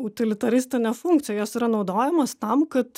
utilitaristinę funkciją jos yra naudojamos tam kad